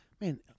Man